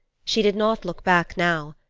she did not look back now,